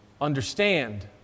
understand